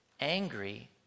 angry